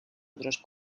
otros